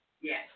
Yes